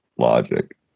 logic